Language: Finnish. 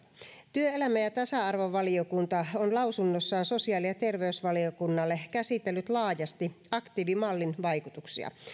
työelämä ja tasa arvovaliokunta on lausunnossaan sosiaali ja terveysvaliokunnalle käsitellyt laajasti aktiivimallin vaikutuksia